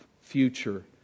future